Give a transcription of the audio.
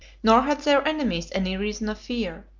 nor had their enemies any reason of fear,